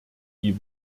die